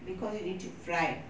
because you need to fry